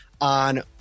on